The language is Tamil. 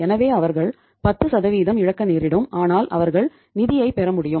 எனவே அவர்கள் 10 இழக்க நேரிடும் ஆனால் அவர்கள் நிதியைப் பெற முடியும்